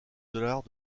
dollars